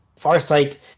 Farsight